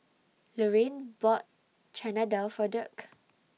Laraine bought Chana Dal For Dirk